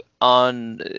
on